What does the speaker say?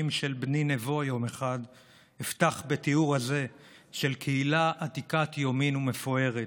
של בני נבו אפתח בתיאור הזה של קהילה עתיקת יומין ומפוארת,